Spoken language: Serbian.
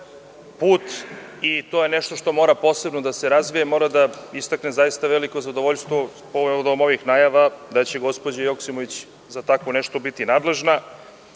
put i to je nešto što mora posebno da se razvije i mora da istaknem zaista veliko zadovoljstvo povodom ovih najava da će gospođa Joksimović za tako nešto biti nadležna,